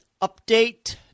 update